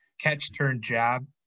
catch-turn-jab